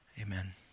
amen